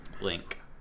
link